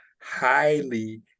highly